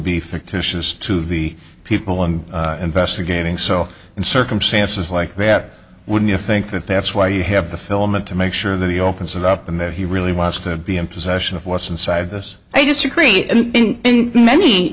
be fictitious to the people and investigating so in circumstances like that wouldn't you think that that's why you have the film and to make sure that he opens it up and that he really wants to be in possession of what's inside this i disagree many